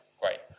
great